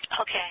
Okay